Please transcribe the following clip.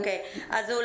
אתנו?